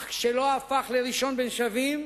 אך כשלא הפך לראשון בין שווים